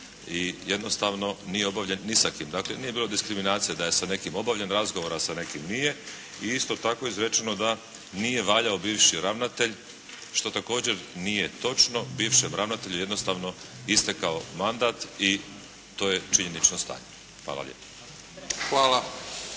i jednostavno nije obavljen sa ni sa kim. Dakle, nije bilo diskriminacije da je sa nekim obavljen razgovor, a sa nekim nije i isto tako je izrečeno da nije valjao bivši ravnatelje što također nije točno. Bivšem ravnatelju je jednostavno istekao mandat i to je činjenično stanje. Hvala lijepo.